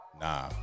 Nah